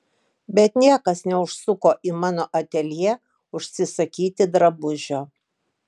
bet niekas neužsuko į mano ateljė užsisakyti drabužio